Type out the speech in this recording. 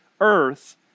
earth